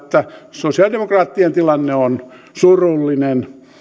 sosialidemokraattien tilanne on surullinen